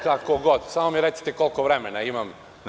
Kako god, samo mi recite koliko vremena imam.